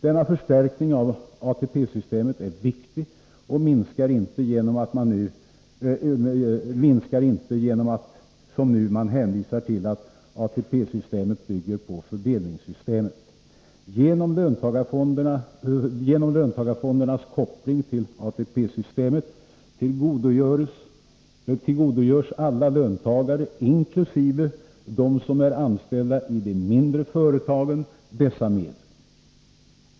Denna förstärkning av ATP-systemet är viktig och minskar inte genom att man som nu hänvisar till att ATP-systemet bygger på fördelningssystemet. Genom löntagarfondernas koppling till ATP-systemet tillgodogörs alla löntagare, inkl. de som är anställda i de mindre företagen, dessa medel.